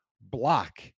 block